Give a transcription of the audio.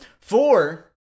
Four